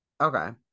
okay